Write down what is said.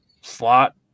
slot